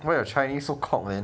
why your chinese so cock man